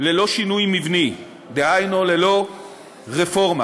ללא שינוי מבני, דהיינו, ללא רפורמה.